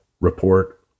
Report